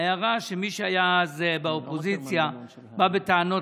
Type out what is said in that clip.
ההערה היא שמי שהיה אז באופוזיציה בא בטענות